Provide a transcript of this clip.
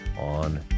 on